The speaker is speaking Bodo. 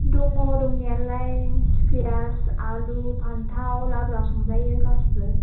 दङ दंनायालाय फियास आलु फान्थाव लाब्रा संजायो गासिबो